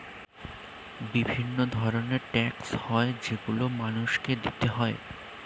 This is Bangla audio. বিভিন্ন রকমের ট্যাক্স হয় যেগুলো মানুষকে দিতে হয়